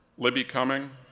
libby cumming,